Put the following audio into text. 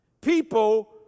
people